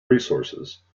resources